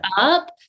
up